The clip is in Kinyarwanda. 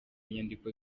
inyandiko